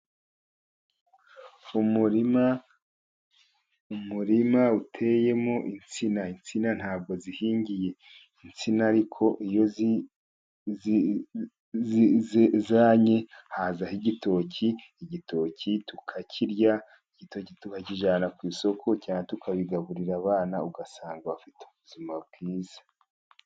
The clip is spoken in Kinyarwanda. Umurima, umurima uteyemo insina, insina ntabwo zihingiye. Insina ariko iyo zannye hazaho igitoki, igitoki tukakirya, igitoki tukakijyana ku isoko cyangwa tukabigaburira abana, ugasanga bafite ubuzima bwiza.